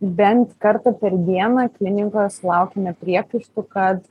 bent kartą per dieną klinikoje sulaukiame priekaištų kad